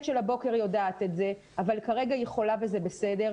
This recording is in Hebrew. של הבוקר יודעת את זה אבל כרגע היא חולה וזה בסדר.